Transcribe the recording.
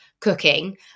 Cooking